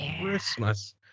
Christmas